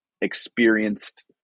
experienced